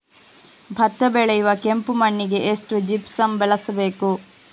ಭತ್ತ ಬೆಳೆಯುವ ಕೆಂಪು ಮಣ್ಣಿಗೆ ಎಷ್ಟು ಜಿಪ್ಸಮ್ ಬಳಸಬೇಕು?